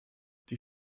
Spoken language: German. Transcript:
die